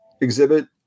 exhibit